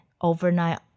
overnight